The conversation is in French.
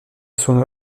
son